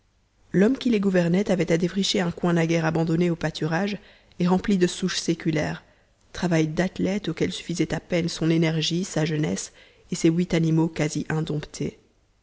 l'homme qui les gouvernait avait à défricher un coin naguère abandonné au pâturage et rempli de souches séculaires travail d'athlète auquel suffisaient à peine son énergie sa jeunesse et ses huit animaux quasi indomptés